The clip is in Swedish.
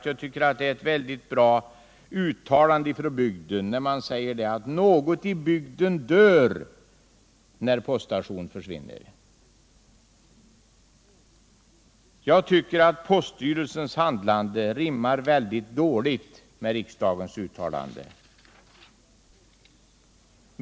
Jag tycker det är ett bra uttalande från bygden när man säger att något i bygden dör när poststationen försvinner. Poststyrelsens handlande rimmar väldigt dåligt med riksdagens uttalande.